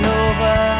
over